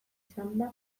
izanda